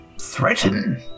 Threaten